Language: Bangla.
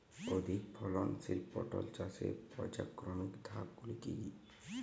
অধিক ফলনশীল পটল চাষের পর্যায়ক্রমিক ধাপগুলি কি কি?